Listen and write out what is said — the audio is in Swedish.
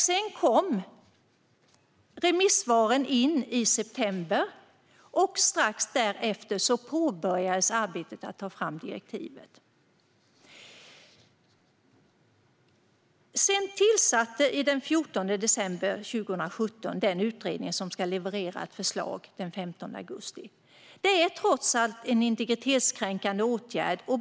Sedan kom remissvaren in i september, och strax därefter påbörjades arbetet med att ta fram direktiven. Den 14 december 2017 tillsattes den utredning som ska leverera ett förslag den 15 augusti. Det är trots allt fråga om en integritetskränkande åtgärd.